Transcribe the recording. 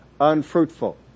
unfruitful